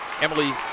Emily